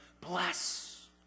bless